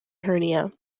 hernia